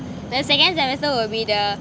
then second semester will be the